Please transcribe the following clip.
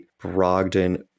Brogdon